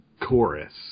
chorus